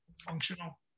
functional